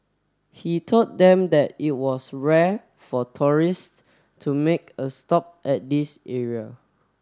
he told them that it was rare for tourists to make a stop at this area